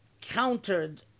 countered